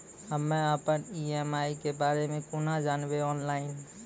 हम्मे अपन ई.एम.आई के बारे मे कूना जानबै, ऑनलाइन?